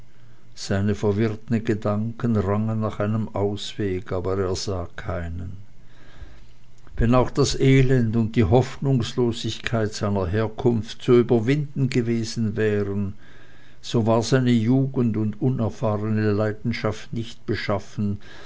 seine verwirrten gedanken rangen nach einem ausweg aber er sah keinen wenn auch das elend und die hoffnungslosigkeit seiner herkunft zu überwinden gewesen wären so war seine jugend und unerfahrene leidenschaft nicht beschaffen